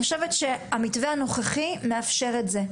אני חושבת שהמתווה הנוכחי מאפשר את זה.